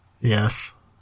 Yes